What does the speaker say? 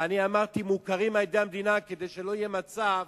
ואמרתי "מוכרים על-ידי המדינה", כדי שלא יהיה מצב